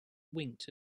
winked